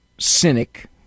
cynic